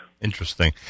Interesting